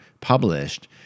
published